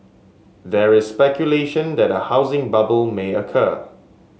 there is speculation that a housing bubble may occur